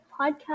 podcast